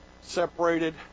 separated